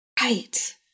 Right